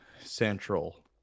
central